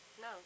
No